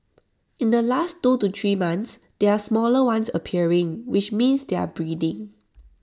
in the last two to three months there are smaller ones appearing which means they are breeding